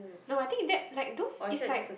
no I think that like those is like